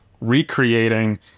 recreating